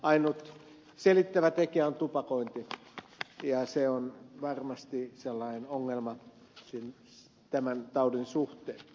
ainut selittävä tekijä on tupakointi ja se on varmasti sellainen ongelma tämän taudin suhteen